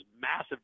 massive